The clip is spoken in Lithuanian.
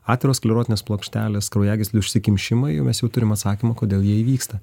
atviros sklerotinės plokštelės kraujagyslių užsikimšimai mes jau turim atsakymą kodėl jie įvyksta